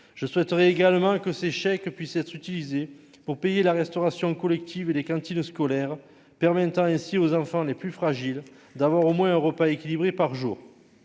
je souhaiterais également que ces chèques puissent être utilisés pour payer la restauration collective et les cantines scolaires, permettant ainsi aux enfants les plus fragiles d'avoir au moins un repas équilibré par jour